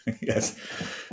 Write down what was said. Yes